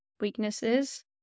weaknesses